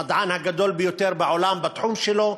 המדען הגדול ביותר בעולם בתחום שלו,